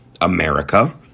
America